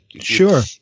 sure